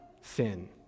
sin